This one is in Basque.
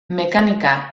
mekanika